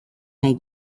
nahi